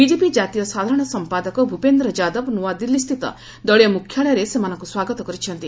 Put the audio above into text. BJP ଜାତୀୟ ସାଧାରଣ ସମ୍ପାଦକ ଭୂପେନ୍ଦ୍ର ଯାଦବ ନୁଆଦିଲ୍ଲୀସ୍ଥିତ ଦଳୀୟ ମୁଖ୍ୟାଳୟରେ ସେମାନଙ୍କୁ ସ୍ୱାଗତ କରିଛନ୍ତି